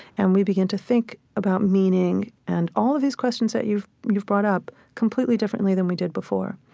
and we begin to think about meaning and all of these questions that you've you've brought up completely differently than we did before.